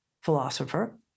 philosopher